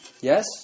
Yes